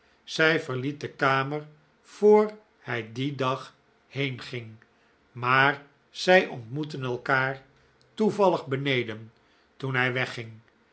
zij verliet de kamer voor hij dien dag heenging maar zij ontmoetten elkaar toevallig beneden toen hij wegging